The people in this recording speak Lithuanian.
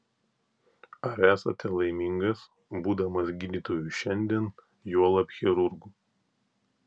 ar esate laimingas būdamas gydytoju šiandien juolab chirurgu